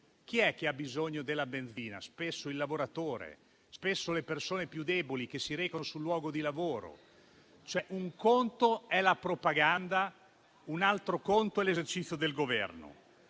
Chi è che ha bisogno della benzina? Spesso è il lavoratore, spesso sono le persone più deboli, che si recano sul luogo di lavoro. Un conto è la propaganda, un altro conto è l'esercizio del Governo.